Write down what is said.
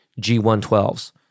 G112s